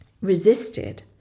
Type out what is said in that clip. resisted